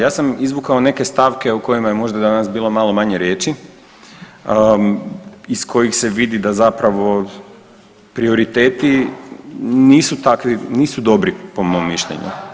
Ja sam izvukao neke stavke o kojima je možda danas bilo malo manje riječi, iz kojih se vidi da zapravo prioriteti nisu takvi, nisu dobri po mom mišljenju.